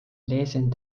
lesen